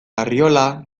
arriola